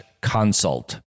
consult